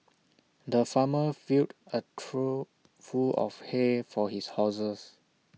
the farmer filled A trough full of hay for his horses